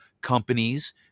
Companies